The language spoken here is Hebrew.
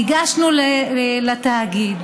ניגשנו לתאגיד,